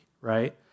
right